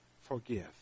forgive